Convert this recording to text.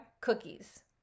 cookies